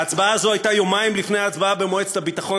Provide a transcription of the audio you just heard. ההצבעה הזו הייתה יומיים לפני ההצבעה במועצת הביטחון